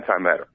antimatter